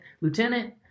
lieutenant